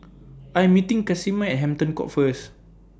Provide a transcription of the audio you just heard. I Am meeting Casimer At Hampton Court First